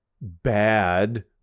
bad